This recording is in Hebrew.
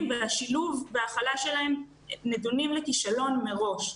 והשילוב וההכלה שלהם נידונים לכישלון מראש.